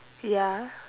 ya